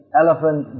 elephant